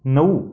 नऊ